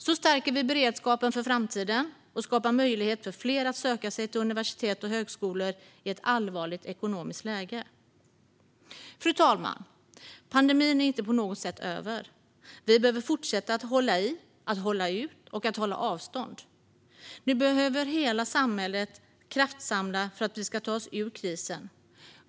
Så stärker vi beredskapen för framtiden och skapar möjlighet för fler att söka sig till universitet och högskolor i ett allvarligt ekonomiskt läge. Fru talman! Pandemin är inte på något sätt över. Vi behöver fortsätta att hålla i, att hålla ut och att hålla avstånd. Nu behöver hela samhället kraftsamla för att vi ska ta oss ur krisen.